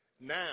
now